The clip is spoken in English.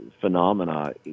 phenomena